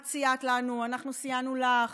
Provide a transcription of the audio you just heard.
את סייעת לנו, אנחנו סייענו לך.